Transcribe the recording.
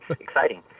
exciting